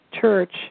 church